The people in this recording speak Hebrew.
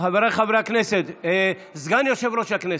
חבריי חברי הכנסת, סגן יושב-ראש הכנסת,